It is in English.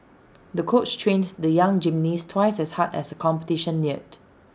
the coach trained the young gymnast twice as hard as competition neared